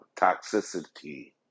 toxicity